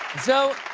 so,